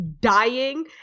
dying